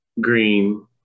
Green